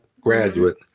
graduate